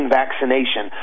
vaccination